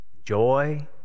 Joy